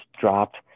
dropped